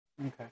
Okay